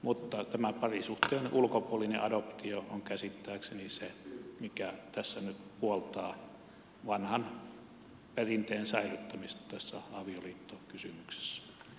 mutta tämä parisuhteen ulkopuolinen adoptio on käsittääkseni se mikä tässä nyt puoltaa vanhan perinteen säilyttämistä tässä avioliittokysymyksessä